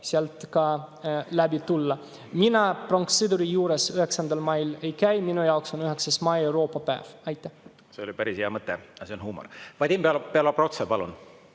sealt ka läbi tulla. Mina pronkssõduri juures 9. mail ei käi, minu jaoks on 9. mai Euroopa päev. See oli päris hea mõte, aga see on huumor. Vadim Belobrovtsev, palun!